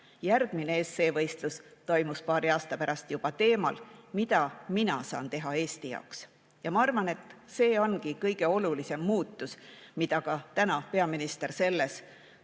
Järgmine esseevõistlus toimus paari aasta pärast juba teemal "Mida saan mina teha Eesti jaoks?". Ma arvan, et see ongi kõige olulisem muutus, millest ka täna peaminister selle